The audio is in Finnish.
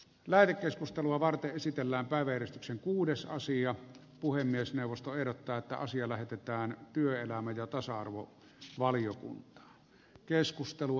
lähetekeskustelua varten esitellään päiväjärjestyksen kuudes osia puhemiesneuvosto ehdottaa että asia lähetetään sosiaali ja terveysvaliokuntaan